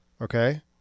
Okay